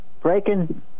breaking